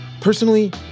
Personally